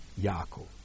Yaakov